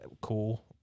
cool